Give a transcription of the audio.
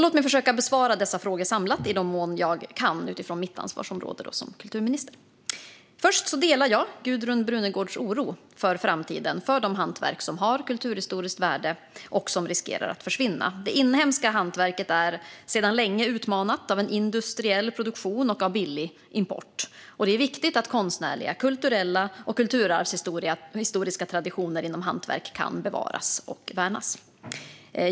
Låt mig försöka besvara dessa frågor samlat i den mån jag kan utifrån mitt ansvarsområde som kulturminister. Jag delar Gudrun Brunegårds oro för framtiden för de hantverk som har kulturhistoriskt värde och som riskerar att försvinna. Det inhemska hantverket är sedan länge utmanat av en industriell produktion och av billig import. Det är viktigt att konstnärliga, kulturella och kulturarvshistoriska traditioner inom hantverk kan bevaras och värnas.